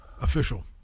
official